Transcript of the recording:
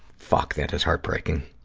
fuck, that is heartbreaking.